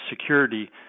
security